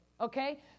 Okay